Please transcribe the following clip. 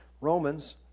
Romans